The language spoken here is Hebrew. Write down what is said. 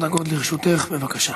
עשר דקות לרשותך, בבקשה.